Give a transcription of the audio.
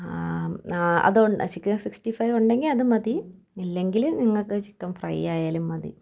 ആ അത് ഉണ്ട് ചിക്കൻ സിക്സ്റ്റി ഫൈവ് ഉണ്ടെങ്കിൽ അതുമതി ഇല്ലെങ്കിൽ നിങ്ങൾക്കു ചിക്കൻ ഫ്രൈ ആയാലും മതി